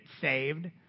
saved